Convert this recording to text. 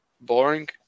boring